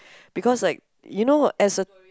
because like you know as a